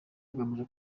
agamije